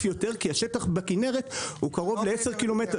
יותר כי השטח בכנרת הוא קרוב לעשרה קילומטרים.